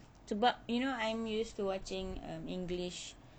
sebab you know I'm used to watching um english